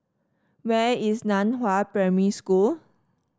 where is Nan Hua Primary School